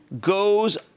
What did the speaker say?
goes